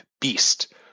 Beast